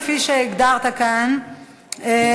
כפי שהגדרת כאן,